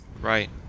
Right